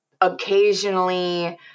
occasionally